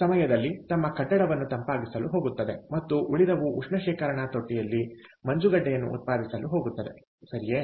ಸಮಯದಲ್ಲಿ ತಮ್ಮ ಕಟ್ಟಡವನ್ನು ತಂಪಾಗಿಸಲು ಹೋಗುತ್ತದೆ ಮತ್ತು ಉಳಿದವು ಉಷ್ಣ ಶೇಖರಣಾ ತೊಟ್ಟಿಯಲ್ಲಿ ಮಂಜುಗಡ್ಡೆಯನ್ನುಉತ್ಪಾದಿಸಲು ಹೋಗುತ್ತದೆ ಸರಿಯೇ